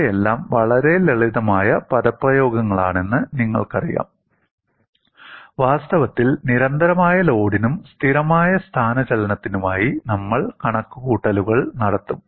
ഇവയെല്ലാം വളരെ ലളിതമായ പദപ്രയോഗങ്ങളാണെന്ന് നിങ്ങൾക്കറിയാം വാസ്തവത്തിൽ നിരന്തരമായ ലോഡിനും സ്ഥിരമായ സ്ഥാനചലനത്തിനുമായി നമ്മൾ കണക്കുകൂട്ടലുകൾ നടത്തും